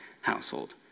household